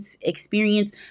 experience